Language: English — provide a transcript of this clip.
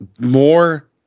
more